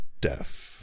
deaf